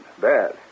Bad